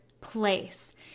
place